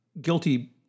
guilty